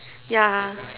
ya